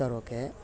sir okay